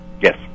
yes